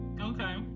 okay